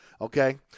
Okay